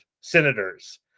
senators